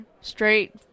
straight